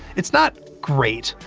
it's not great.